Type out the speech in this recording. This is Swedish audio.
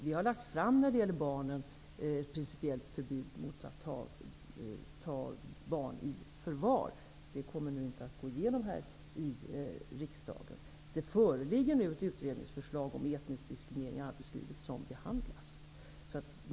När det gäller barnen har vi lagt fram ett förslag om principiellt förbud mot att ta barn i förvar, men det kommer nu inte att gå igenom i riksdagen. Det föreligger ett utredningsförslag om etnisk diskriminering i arbetslivet som nu behandlas.